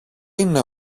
είναι